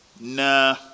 nah